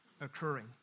occurring